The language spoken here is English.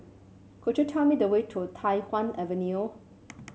could you tell me the way to Tai Hwan Avenue